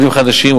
עולים חדשים,